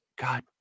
god